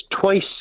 twice